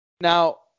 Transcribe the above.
Now